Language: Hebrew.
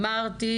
אמרתי